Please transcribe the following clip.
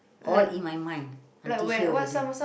all in my mind I teach you really